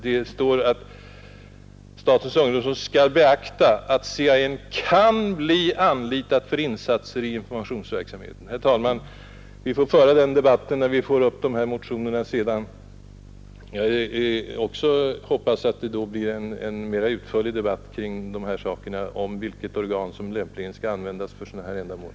Där står att statens ungdomsråd skall beakta att CAN kan anlitas för insatser i informationsverksamheten. Herr talman! Vi får väl slutföra den här debatten i samband med att dessa andra motioner kommer upp till behandling. Jag hoppas, att det då blir en mera utförlig debatt kring frågan om vilket organ som lämpligen skall användas för sådana här ändamål.